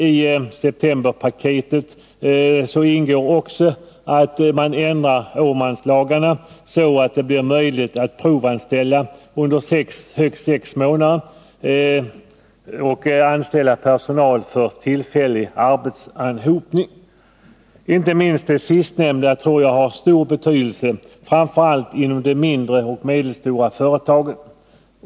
I septemberpaketet ingår också att man ändrar Åmanlagarna, så att det blir möjligt att provanställa en person under högst sex månader och att anställa personal vid tillfällig arbetsanhopning. Inte minst det sistnämnda tror jag har stor betydelse, framför allt inom de mindre och medelstora företagen.